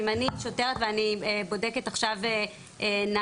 אם אני שוטרת ואני בודקת עכשיו נהג,